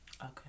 Okay